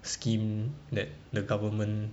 scheme that the government